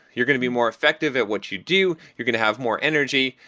you're going to be more effective at what you do. you're going to have more energy.